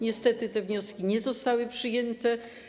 Niestety te wnioski nie zostały przyjęte.